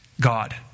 God